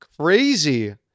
crazy